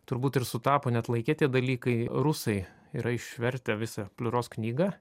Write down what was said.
turbūt ir sutapo net laike tie dalykai rusai yra išvertę visą pliuros knygą